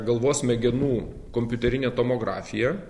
galvos smegenų kompiuterinė tomografija